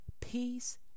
peace